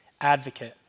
advocate